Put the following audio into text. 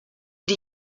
die